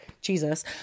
Jesus